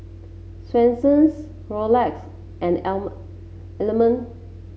Swensens Rolex and Element